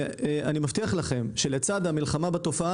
אני מבטיח לכם שהשילוב של המלחמה בתופעה